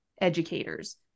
educators